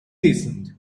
listened